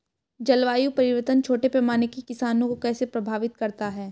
जलवायु परिवर्तन छोटे पैमाने के किसानों को कैसे प्रभावित करता है?